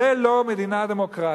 זו לא מדינה דמוקרטית,